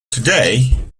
today